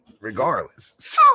regardless